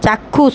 চাক্ষুষ